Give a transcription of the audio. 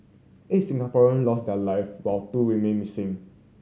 eight Singaporean lost their live while two remain missing